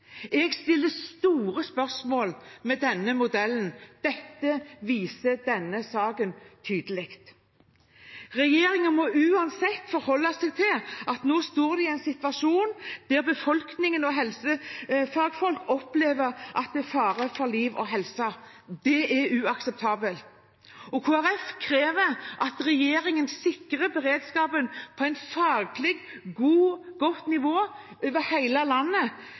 Jeg stiller store spørsmål ved denne modellen. Dette viser denne saken tydelig. Regjeringen må uansett forholde seg til at de nå står i en situasjon der befolkningen og helsefagfolk opplever at det er fare for liv og helse. Det er uakseptabelt. Kristelig Folkeparti krever at regjeringen sikrer beredskapen på et faglig godt nivå over hele landet,